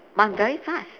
but I'm very fast